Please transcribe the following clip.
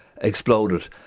exploded